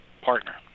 partner